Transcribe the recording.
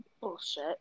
Bullshit